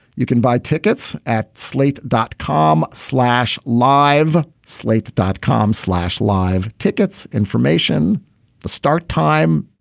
you can buy tickets at slate dot com slash live. slate dot com slash live tickets information the start time